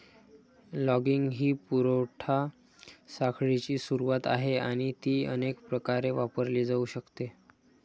logging ही पुरवठा साखळीची सुरुवात आहे आणि ती अनेक प्रकारे वापरली जाऊ शकते